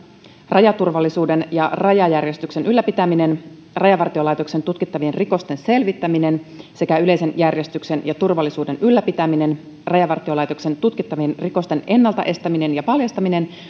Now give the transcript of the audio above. rajaturvallisuuden ja rajajärjestyksen ylläpitäminen rajavartiolaitoksen tutkittavien rikosten selvittäminen sekä yleisen järjestyksen ja turvallisuuden ylläpitäminen rajavartiolaitoksen tutkittavien rikosten ennalta estäminen ja paljastaminen